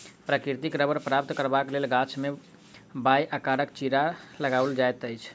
प्राकृतिक रबड़ प्राप्त करबाक लेल गाछ मे वाए आकारक चिड़ा लगाओल जाइत अछि